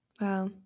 Wow